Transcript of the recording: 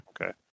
Okay